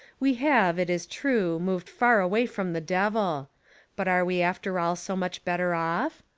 we have, it is true, moved far away from the devil but are we after all so much better off?